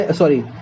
sorry